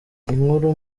inkuru